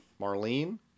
Marlene